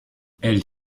elle